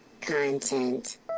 content